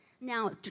Now